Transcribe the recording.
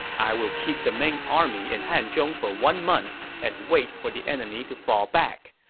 i will keep the main army in hanzhong for one month and wait for the enemy to fall back.